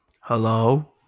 Hello